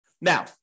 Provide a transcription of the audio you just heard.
Now